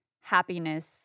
happiness